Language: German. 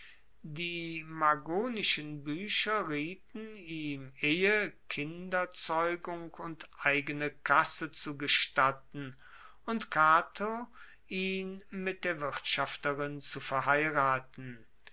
die magonischen buecher rieten ihm ehe kinderzeugung und eigene kasse zu gestatten und cato ihn mit der wirtschafterin zu verheiraten